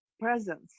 presence